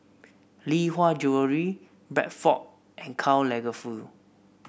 Lee Hwa Jewellery Bradford and Karl Lagerfeld